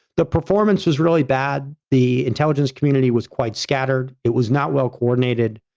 the performance was really bad, the intelligence community was quite scattered, it was not well coordinated,